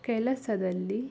ಕೆಲಸದಲ್ಲಿ